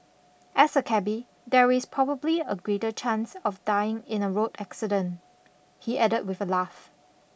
as a cabby there is probably a greater chance of dying in a road accident he added with a laugh